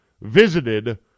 visited